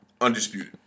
Undisputed